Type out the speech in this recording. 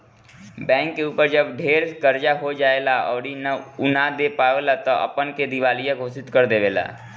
bank के ऊपर जब ढेर कर्जा हो जाएला अउरी उ ना दे पाएला त उ अपना के दिवालिया घोषित कर देवेला